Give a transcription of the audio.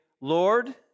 Lord